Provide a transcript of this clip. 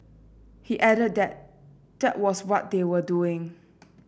he added that that was what they were doing